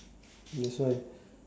that's why